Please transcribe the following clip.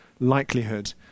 likelihood